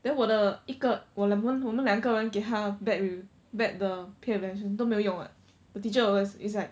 then 我的一个我的我们两个人给他 bad re~ bad 的 peer evaluation 都没有用 [what] the teacher was it's like